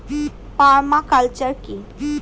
Parma culture কি?